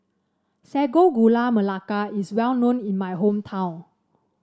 Sago Gula Melaka is well known in my hometown